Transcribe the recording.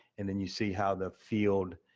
and then you see how the field